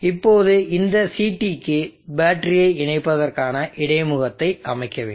இப்போது இந்த CT க்கு பேட்டரியை இணைப்பதற்கான இடைமுகத்தை அமைக்க வேண்டும்